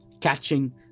catching